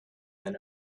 than